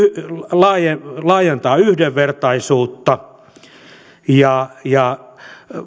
laajentaa laajentaa yhdenvertaisuutta ja ja